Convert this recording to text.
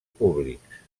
públics